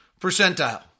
percentile